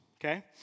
okay